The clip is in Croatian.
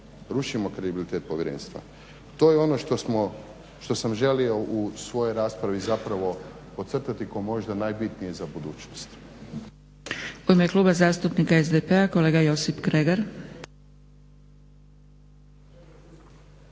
rušimo kredibilitet povjerenstva. To je ono što sam želio u svojoj raspravi podcrtati koje je možda najbitnije za budućnost. **Zgrebec, Dragica (SDP)** U ime kluba zastupnika SDP-a kolega Josip Kregar.